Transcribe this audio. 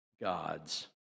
gods